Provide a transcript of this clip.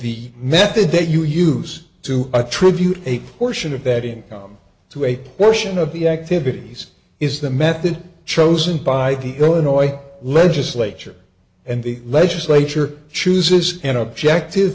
method that you use to attribute a portion of that in to a portion of the activities is the method chosen by the illinois legislature and the legislature chooses an objective